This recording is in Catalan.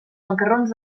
macarrons